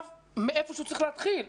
צריך להתחיל מאיפשהו.